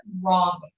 wrong